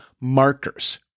markers